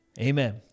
Amen